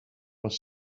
was